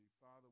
Father